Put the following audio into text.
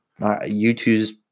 YouTube's